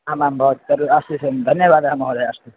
आम् आम् बहु तद् अस्तु सः धन्यवादः महोदय अस्तु